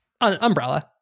Umbrella